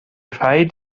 rhaid